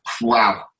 wow